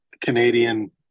Canadian